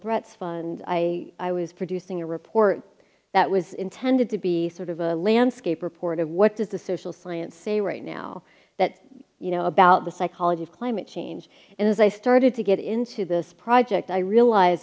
threats fund i i was producing a report that was intended to be sort of a landscape report of what does the social science say right now that you know about the psychology of climate change and as i started to get into this project i realize